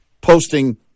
posting